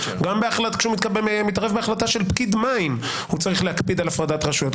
גם כשהוא מתערב בהחלטה של פקיד מים הוא צריך להקפיד על הפרדת רשויות,